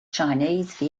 chinese